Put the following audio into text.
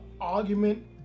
argument